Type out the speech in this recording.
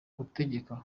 gutegeka